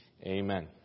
Amen